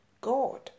God